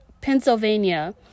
Pennsylvania